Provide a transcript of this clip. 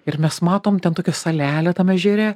ir mes matom ten tokia salelė tam ežere